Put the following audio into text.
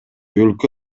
өлкө